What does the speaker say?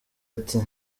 ati